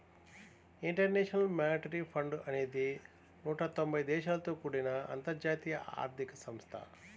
international monetary fund అనేది నూట తొంబై దేశాలతో కూడిన అంతర్జాతీయ ఆర్థిక సంస్థ